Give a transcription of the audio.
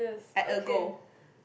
at a go